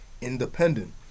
independent